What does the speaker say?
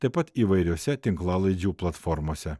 taip pat įvairiose tinklalaidžių platformose